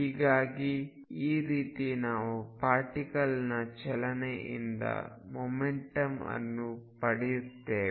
ಹೀಗಾಗಿ ಈ ರೀತಿ ನಾವು ಪಾರ್ಟಿಕಲ್ನ ಚಲನೆ ಇಂದ ಮೊಮೆಂಟಮ್ ಅನ್ನು ಪಡೆಯುತ್ತೇವೆ